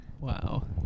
wow